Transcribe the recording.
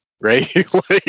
right